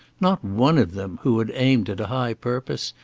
not one of them, who had aimed at high purpose,